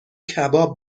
کباب